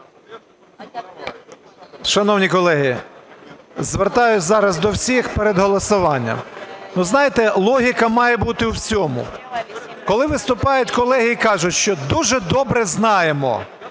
Шановні колеги, звертаюсь зараз до всіх перед голосуванням. Знаєте, логіка має бути у всьому. Коли виступають колеги і кажуть, що "дуже добре знаємо",